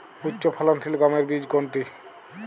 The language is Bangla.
উচ্চফলনশীল গমের বীজ কোনটি?